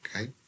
okay